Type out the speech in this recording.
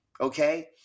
okay